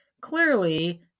clearly